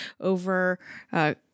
over